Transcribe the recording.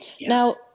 Now